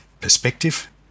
perspective